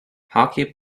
hockey